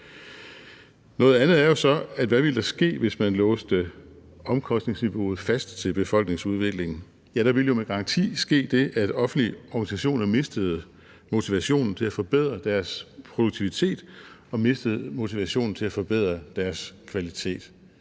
Noget andet er så, at hvad ville der ske, hvis man låste omkostningsniveauet fast til befolkningsudviklingen? Ja, der ville jo med garanti ske det, at offentlige organisationer mistede motivationen til at forbedre deres produktivitet, og mistede motivationen til at forbedre deres kvalitet.